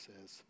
says